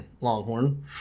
Longhorn